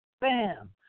bam